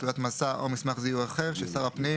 תעודת מסע או מסמך זיהוי אחר ששר הפנים